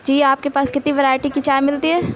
جی آپ کے پاس کتنی ویرائٹی کی چائے ملتی ہے